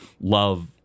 love